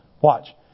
Watch